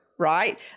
right